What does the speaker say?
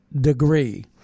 degree